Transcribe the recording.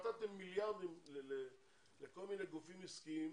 נתתם מיליארדים לכל מיני גופים עסקיים,